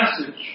message